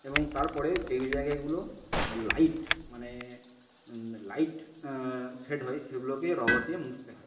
এবং তারপরে যেই জায়গাগুলো লাইট মানে লাইট সেড হয় সেগুলোকে রবার দিয়ে মুছতে হয়